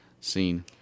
scene